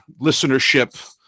listenership